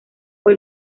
fue